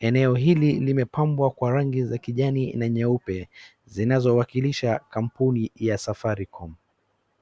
Eneo hili limepambwa kwa rangi za kijani na nyeupe zinazowakilisha kampuni ya Safaricom.